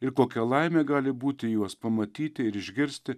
ir kokia laimė gali būti juos pamatyti ir išgirsti